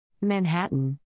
Manhattan